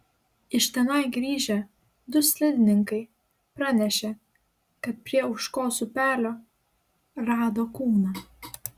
iš tenai grįžę du slidininkai pranešė kad prie ožkos upelio rado kūną